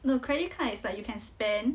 no credit card it's like you can spend